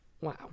Wow